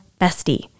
bestie